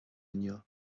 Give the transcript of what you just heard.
inniu